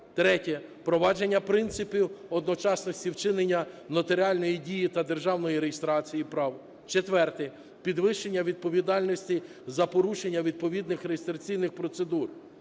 Впровадження принципів одночасності вчинення нотаріальної дії та державної реєстрації прав. Четверте. Підвищення відповідальності за порушення відповідних реєстраційних процедур.